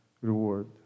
reward